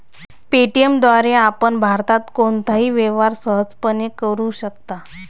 Paytm द्वारे आपण भारतात कोणताही व्यवहार सहजपणे करू शकता